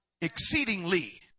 Exceedingly